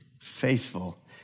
faithful